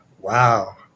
Wow